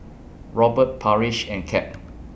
Robert Parrish and Cap